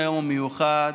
אדוני היושב-ראש,